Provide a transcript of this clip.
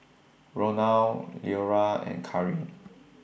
Ronal Leora and Karin